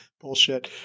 bullshit